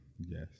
Yes